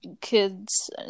kids